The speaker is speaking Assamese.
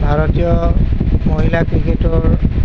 ভাৰতীয় মহিলা ক্ৰিকেটৰ